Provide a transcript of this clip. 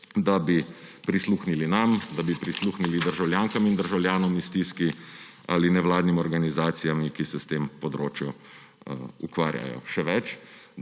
da bi prisluhnili nam, da bi prisluhnili državljankam in državljanom v stiski ali nevladnim organizacijam, ki se s tem področjem ukvarjajo. Še več,